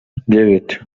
девять